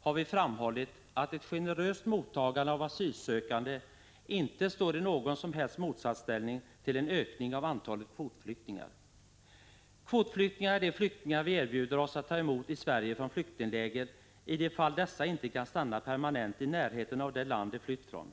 har vi framhållit att ett generöst mottagande av asylsökande inte står i någon som helst motsats till en ökning av antalet kvotflyktingar. Kvotflyktingar är de flyktingar från flyktingläger vi erbjuder oss att ta emot i Sverige i de fall dessa inte kan stanna permanent i närheten av det land de flytt från.